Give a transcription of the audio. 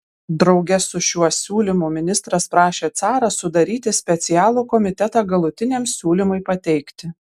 drauge su šiuo siūlymu ministras prašė carą sudaryti specialų komitetą galutiniam siūlymui pateikti